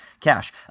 Cash